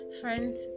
friends